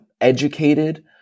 educated